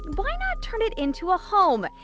why not turn it into a home?